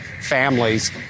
families